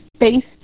based